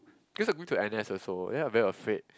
cause I'm going to N_S also then I very afraid